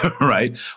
right